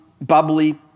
bubbly